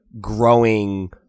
growing